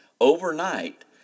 Overnight